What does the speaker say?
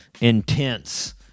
intense